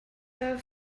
her